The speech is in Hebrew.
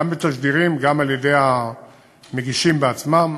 גם בתשדירים, גם על-ידי המגישים עצמם.